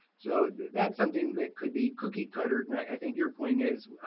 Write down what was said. so that's something that could be cookie-cuttered, and i think your point is,